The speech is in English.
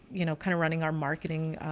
you know, kind of running our marketing.